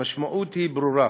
המשמעות היא ברורה: